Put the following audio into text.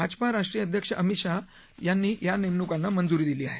भाजपा राष्ट्रीय अध्यक्ष अमित शहा यांनी या नेमणुकांना मंजुरी दिली आहे